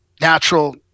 natural